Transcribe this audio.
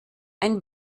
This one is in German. ein